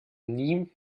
nie